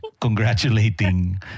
congratulating